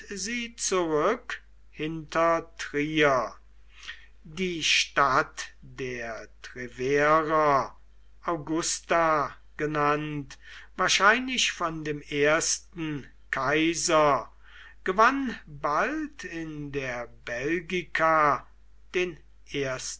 sie zurück hinter trier die stadt der treverer augusta genannt wahrscheinlich von dem ersten kaiser gewann bald in der belgica den ersten